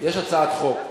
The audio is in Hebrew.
יש הצעת חוק,